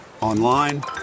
Online